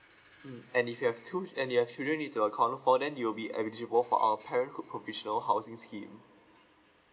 mm and if you have two and you have children you need to account for then you'll be eligible for our parent co~ conventional housing scheme